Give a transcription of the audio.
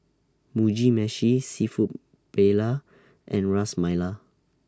Mugi Meshi Seafood Paella and Ras Malai